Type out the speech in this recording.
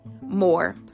more